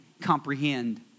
comprehend